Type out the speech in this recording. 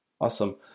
Awesome